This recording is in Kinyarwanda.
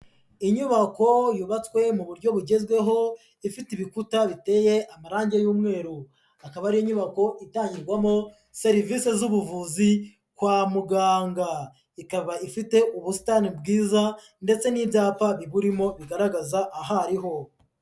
Inyubako yubatswe mu buryo bugezweho ifite ibikuta biteye amarange y'umweru, akaba ari inyubako itangirwamo serivisi z'ubuvuzi kwa muganga, ikaba ifite ubusitani bwiza ndetse n'ibyapa birimo bigaragaza aho ariho.